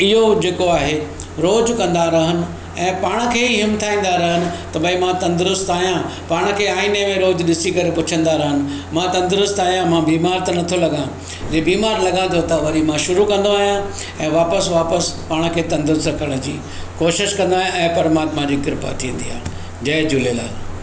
इहो जेको आहे रोज़ु कंदा रहनि ऐं पाण खे हिमथाईंदा रहनि त भई मां तंदुरुस्तु आहियां पाण खे आईने में रोज़ु ॾिसी करे पुछंदा रहनि मां तंदुरुस्तु आहियां मां बीमारु त नथो लॻां जे बीमारु लॻां थो त वरी मां शुरू कंदो आहियां ऐं वापसि वापसि पाण खे तंदुरुस्तु रखण जी कोशिशि कंदो आहियां ऐं परमात्मा जी कृपा थींदी आहे जय झूलेलाल